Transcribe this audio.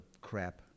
crap